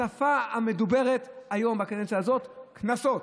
השפה המדוברת היום, בקדנציה הזאת: קנסות.